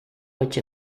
which